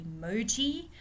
emoji